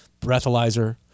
breathalyzer